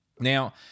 Now